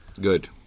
good